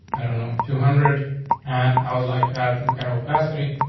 i don't know, two hundred and i would like to have some kind of capacity.